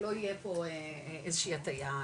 שלא יהיה פה איזושהי הטעיה מגדרית.